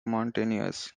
mountaineers